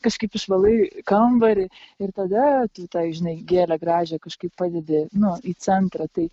kažkaip išvalai kambarį ir tada tu žinai gėlę gražią kažkaip pradedi nu į centrą tai